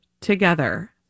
together